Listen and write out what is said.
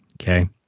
Okay